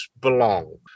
belong